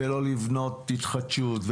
ולא לבנות התחדשות,